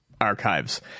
archives